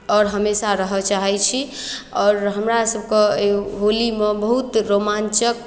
आओर हमेशा रहय चाहै छी आओर हमरासभके एहि होलीमे बहुत रोमाञ्चक